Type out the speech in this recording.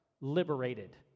liberated